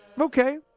okay